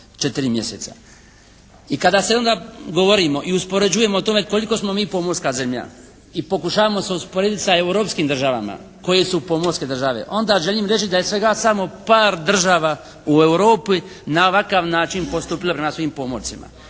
24 mjeseca. I kada se onda govori i uspoređujemo u tome kolik osmo mi pomorska zemlja i pokušavamo se usporediti sa europskim državama koje su pomorske države, onda želim reći da je svega samo par država u Europi na ovakav način postupilo prema svim pomorcima